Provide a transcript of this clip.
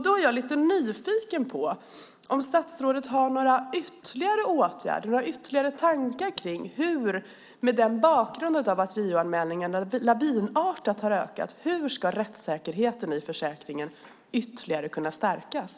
Då är jag lite nyfiken på om statsrådet har några ytterligare åtgärder, några ytterligare tankar mot bakgrund av att JO-anmälningarna har ökat lavinartat. Hur ska rättssäkerheten i försäkringen ytterligare kunna stärkas?